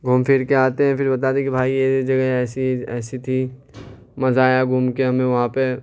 گھوم پھر کے آتے ہیں پھر بتاتے ہیں کہ بھائی یہ یہ جگہ ایسی ایسی تھی مزہ آیا گھوم کے ہمیں وہاں پہ